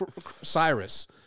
Cyrus